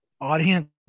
audience